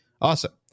awesome